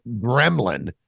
gremlin